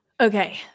Okay